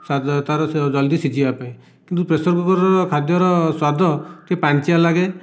ସ୍ବାଦ ସେ ତା'ର ଜଲ୍ଦି ସିଝିବା ପାଇଁ କିନ୍ତୁ ପ୍ରେସରକୁକରର ଖାଦ୍ଯର ସ୍ବାଦ ଟିକେ ପାଣିଚିଆ ଲାଗେ